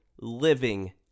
living